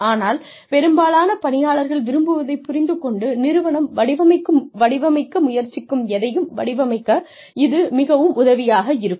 ஆனால் பெரும்பாலான பணியாளர்கள் விரும்புவதைப் புரிந்து கொண்டு நிறுவனம் வடிவமைக்க முயற்சிக்கும் எதையும் வடிவமைக்க இது மிகவும் உதவியாக இருக்கும்